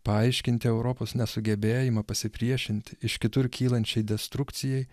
paaiškinti europos nesugebėjimą pasipriešinti iš kitur kylančiai destrukcijai